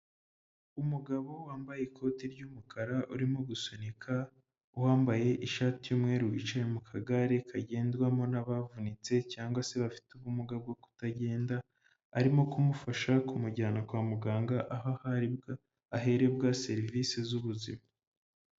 Umugabo wambaye ikoti ry'umukara, urimo gusunika uwambaye ishati y'umweru wicaye mu kagare kagendwamo n'abavunitse cyangwa se bafite ubumuga bwo kutagenda, arimo kumufasha kumujyana kwa muganga aho aharerwa serivisi z'ubuzima.